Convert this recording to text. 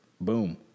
boom